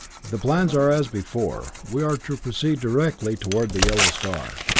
the plans are as before we are to proceed directly toward the yellow star,